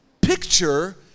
picture